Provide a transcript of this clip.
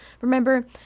Remember